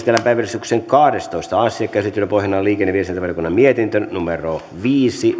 päiväjärjestyksen kahdestoista asia käsittelyn pohjana on liikenne ja viestintävaliokunnan mietintö viisi